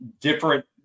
different